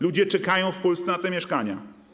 Ludzie czekają w Polsce na te mieszkania.